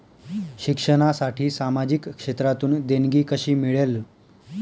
शिक्षणासाठी सामाजिक क्षेत्रातून देणगी कशी मिळेल?